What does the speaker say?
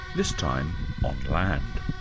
this time on land